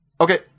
Okay